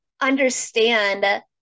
understand